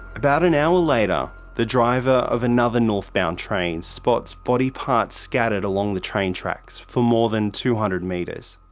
about an hour later, the driver of another northbound train spots body parts scattered along the train tracks for more than two hundred metres.